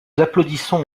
applaudissons